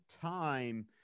time